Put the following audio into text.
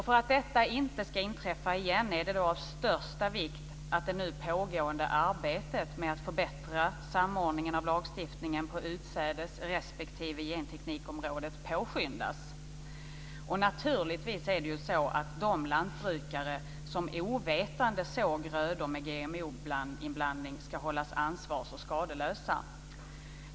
För att detta inte ska inträffa igen är det av största vikt att det nu pågående arbetet med att förbättra samordningen av lagstiftningen på utsädes respektive genteknikområdet påskyndas. Naturligtvis ska de lantbrukare som ovetande sår grödor med GMO inblandning hållas ansvars och skadeslösa.